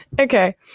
Okay